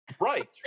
Right